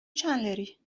چندلری